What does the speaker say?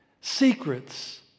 Secrets